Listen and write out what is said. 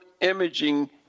imaging